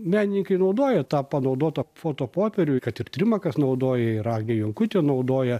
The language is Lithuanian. menininkai naudoja tą panaudotą fotopopierių kad ir trimakas naudoja ir agnė jonkutė naudoja